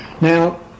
Now